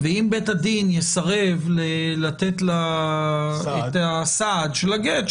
ואם בית הדין יסרב לתת לה את הסעד של הגט,